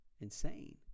insane